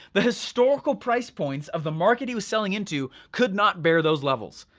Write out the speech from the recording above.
the historical price points of the market he was selling into could not bear those levels.